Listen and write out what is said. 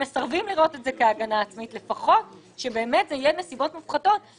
הם מסרבים לראות זאת כהגנה עצמית אז לפחות שזה יהיה בנסיבות מופחתות,